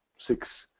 six,